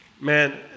man